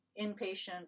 inpatient